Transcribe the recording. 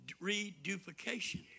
reduplication